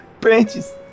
Branches